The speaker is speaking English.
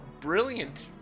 brilliant